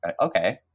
okay